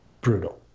Brutal